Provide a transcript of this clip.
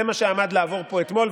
זה מה שעמד לעבור פה אתמול,